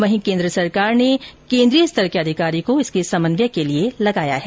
वहीं केन्द्र सरकार ने केन्द्रीय स्तर के अधिकारी को इसके समन्वय के लिये लगाया है